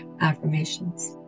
affirmations